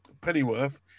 pennyworth